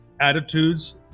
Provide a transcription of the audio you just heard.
attitudes